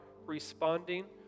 responding